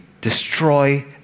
destroy